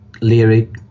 lyric